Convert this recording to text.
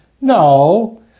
No